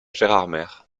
gérardmer